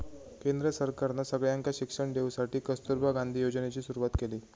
केंद्र सरकारना सगळ्यांका शिक्षण देवसाठी कस्तूरबा गांधी योजनेची सुरवात केली